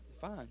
Fine